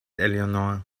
eleanor